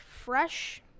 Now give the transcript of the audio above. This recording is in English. fresh